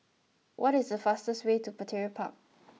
what is the fastest way to Petir Park